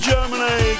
Germany